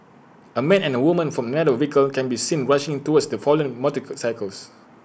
A man and A woman from another vehicle can be seen rushing towards the fallen cycles